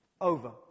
Over